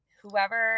whoever